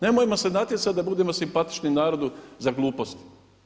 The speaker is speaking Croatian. Nemojmo se natjecati da budemo simpatični narodu za gluposti.